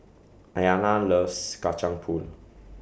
Ayana loves Kacang Pool